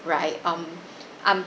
right um I'm